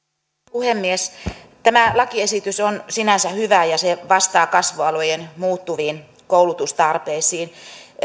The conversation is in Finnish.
puhemies tämä lakiesitys on sinänsä hyvä ja vastaa kasvualojen muuttuviin koulutustarpeisiin